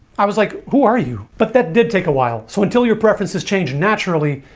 i was like, who are you but that did take a while so until your preference has changed naturally.